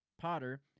Potter